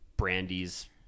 brandy's